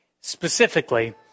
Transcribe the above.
specifically